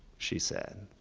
she said.